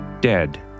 dead